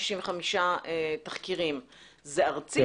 165, זה ארצי?